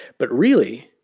but really,